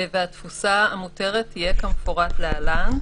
כך שהתפוסה המרבית המותרת תהיה כמפורט להלן: